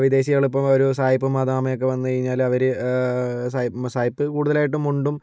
വിദേശികളിപ്പോൾ ഒരു സായിപ്പും മദാമയൊക്കെ വന്നു കഴിഞ്ഞാൽ അവർ സായിപ്പ് സായിപ്പ് കൂടുതലായിട്ടും മുണ്ടും